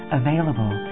available